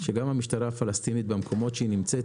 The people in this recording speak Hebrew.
שגם המשטרה הפלסטינית במקומות שהיא נמצאת,